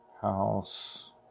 House